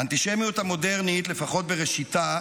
האנטישמיות המודרנית, לפחות בראשיתה,